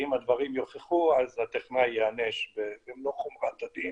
ואם הדברים יוכחו הטכנאי ייענש בכל חומרת הדין,